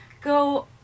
go